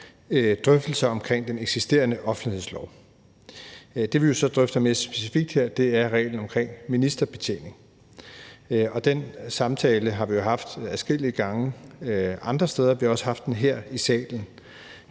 drøftelser om den eksisterende offentlighedslov. Det, vi så drøfter mere specifikt her, er reglen om ministerbetjening, og den samtale har vi jo haft adskillige gange andre steder. Vi har også haft den her i salen.